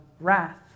wrath